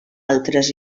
altres